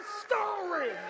story